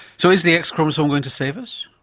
so is the x chromosome going to save us?